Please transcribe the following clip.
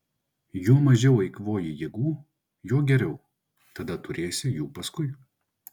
juo mažiau eikvoji jėgų juo geriau tada turėsi jų paskui